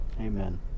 Amen